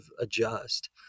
adjust